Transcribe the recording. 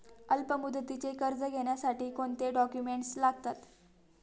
अल्पमुदतीचे कर्ज घेण्यासाठी कोणते डॉक्युमेंट्स लागतात?